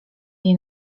jej